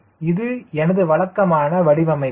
2 எனவே இது எனது வழக்கமான வடிவமைப்பு